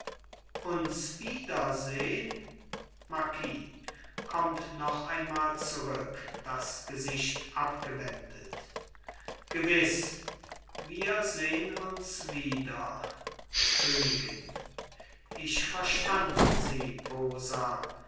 uns wiedersehn marquis kommt noch einmal zurück das gesicht abgewendet gewiß wir sehn uns wieder königin ich verstand sie posa